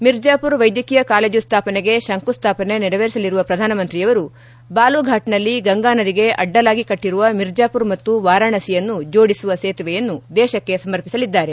ಮಿರ್ಜಾಪುರ್ ವೈದ್ಯಕೀಯ ಕಾಲೇಜು ಸ್ವಾಪನೆಗೆ ಶಂಕುಸ್ವಾಪನೆ ನೆರವೇರಿಸಲಿರುವ ಪ್ರಧಾನಮಂತ್ರಿಯವರು ಬಾಲುಘಾಟ್ನಲ್ಲಿ ಗಂಗಾನದಿಗೆ ಅಡ್ಡಲಾಗಿ ಕಟ್ಟರುವ ಮಿರ್ಜಾಪುರ್ ಮತ್ತು ವಾರಾಣಸಿಯನ್ನು ಜೋಡಿಸುವ ಸೇತುವೆಯನ್ನು ದೇಶಕ್ಕೆ ಸಮರ್ಪಿಸಲಿದ್ದಾರೆ